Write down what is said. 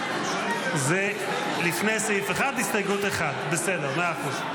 1. בסדר, מאה אחוז.